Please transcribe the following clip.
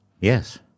Yes